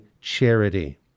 charity